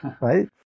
Right